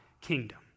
kingdom